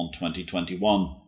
2021